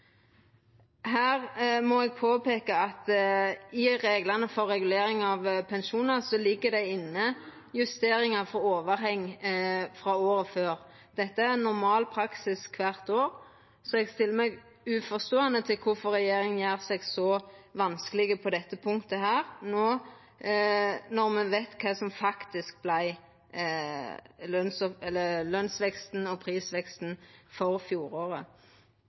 Her må eg påpeika at i reglane for regulering av pensjonar ligg det inne justeringar for overheng frå året før. Dette er normal praksis kvart år, så eg stiller meg uforståande til korfor regjeringa gjer seg så vanskelege på dette punktet, no når me veit kva som faktisk vart løns- og prisveksten for fjoråret.